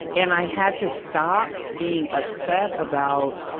and i had to stop being upset about,